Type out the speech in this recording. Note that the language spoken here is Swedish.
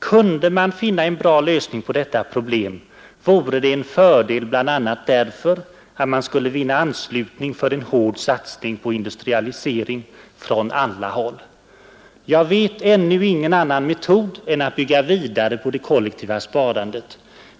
Kunde man finna en bra lösning på detta problem, vore det en fördel bl.a. därför att man skulle vinna anslutning för en hård satsning på industrialisering från alla håll. Jag vet ännu ingen annan metod än att bygga vidare på det kollektiva sparandet.